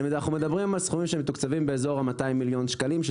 אנחנו מדברים על סכומים שמתוקצבים באזור ה-200 מיליון שקלים.